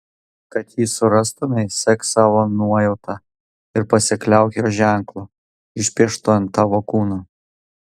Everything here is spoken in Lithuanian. kad jį surastumei sek savo nuojauta ir pasikliauk jo ženklu išpieštu ant tavo kūno